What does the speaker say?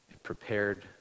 Prepared